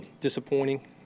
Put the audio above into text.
disappointing